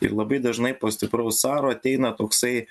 ir labai dažnai po stipraus caro ateina toksai